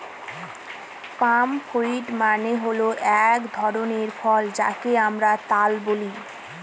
পাম fruit মানে হল এক ধরনের ফল যাকে আমরা তাল বলি